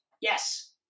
Yes